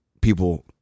people